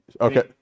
Okay